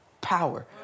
power